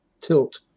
tilt